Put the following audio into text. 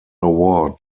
award